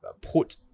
put